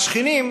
השכנים,